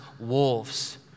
wolves